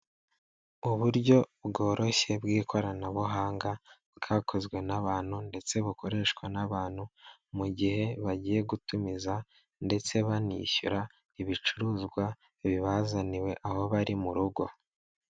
Uburyo bworoshye bw'ikoranabuhanga bwakozwe n'abantu ndetse bukoreshwa n'abantu mu gihe bagiye gutumiza ndetse banishyura ibicuruzwa bibazaniwe aho bari mu rugo.